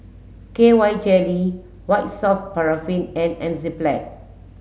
K Y jelly White soft paraffin and Enzyplex